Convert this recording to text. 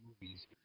movies